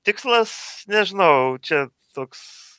tikslas nežinau čia toks